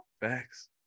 Facts